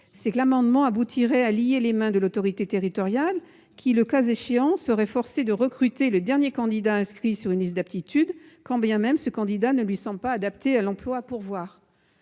de l'amendement aboutirait à lier les mains de l'autorité territoriale, qui, le cas échéant, serait forcée de recruter le dernier candidat inscrit sur une liste d'aptitude, quand bien même celui-ci ne lui semblerait pas adapté à l'emploi à pourvoir.